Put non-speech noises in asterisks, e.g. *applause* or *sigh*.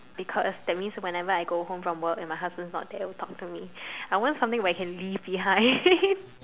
because that means whenever I go home from work and my husband's not there it'll talk to me I want something where I can leave behind *laughs*